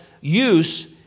use